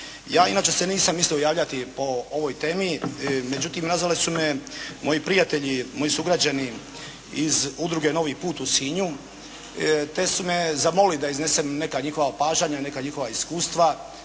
Ja inače se nisam mislio javljati o ovoj temi, međutim, nazvali su me moji prijatelji, moji sugrađani iz Udruge Novi put u Sinju, te su me zamolili da iznesem neka njihova opažanja, neka njihova iskustva